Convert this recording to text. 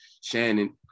Shannon